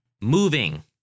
moving